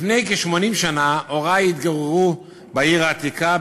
לפני כ-80 שנה הורי התגוררו בעיר העתיקה,